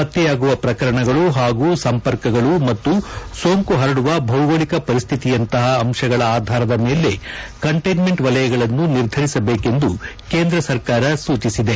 ಪತ್ತೆಯಾಗುವ ಪ್ರಕರಣಗಳು ಹಾಗೂ ಸಂಪರ್ಕಗಳು ಮತ್ತು ಸೋಂಕು ಪರಡುವ ಭೌಗೋಳಿಕ ಪರಿಶ್ಠಿಕಿಯಂತಪ ಅಂಶಗಳ ಆಧಾರದ ಮೇಲೆ ಕಂಟೈನ್ನೆಂಟ್ ವಲಯಗಳನ್ನು ನಿರ್ಧರಿಸಬೇಕೆಂದು ಕೇಂದ್ರ ಸರ್ಕಾರ ಸೂಚಿಸಿದೆ